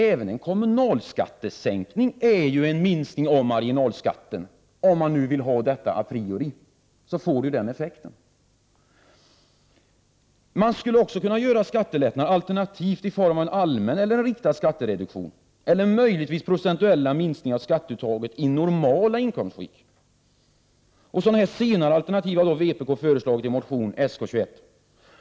Även en kommunalskattesänkning innebär ju en minskning av marginalskatten, om man a priori vill ha detta. Effekten blir denna. Man skulle också kunna genomföra skattelättnader alternativt i form av en allmän eller en riktad skattereduktion, möjligen i form av procentuella minskningar av skatteuttaget i normala inkomstskikt. Detta senare alternativ har vpk föreslagit i motion Sk21.